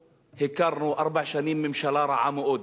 הכרנו ארבע שנים ממשלה רעה מאוד,